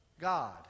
God